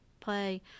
play